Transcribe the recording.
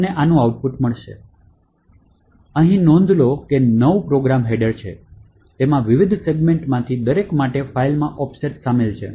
તેથી નોંધ લો કે ત્યાં 9 પ્રોગ્રામ હેડરો છે તેમાં વિવિધ સેગમેન્ટ્સમાંથી દરેક માટે ફાઇલમાં ઑફસેટ શામેલ છે